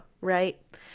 right